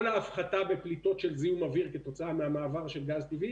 כל ההפחתה בפליטות של זיהום אוויר כתוצאה מהמעבר של גז טבעי,